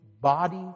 body